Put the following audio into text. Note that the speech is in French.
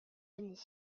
denis